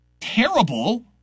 terrible